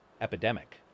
epidemic